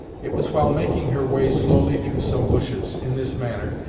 it was while making her way slowly through some bushes, in this manner,